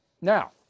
Now